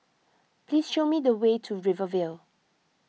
please show me the way to Rivervale